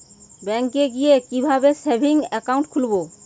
ব্যাঙ্কে গিয়ে কিভাবে সেভিংস একাউন্ট খুলব?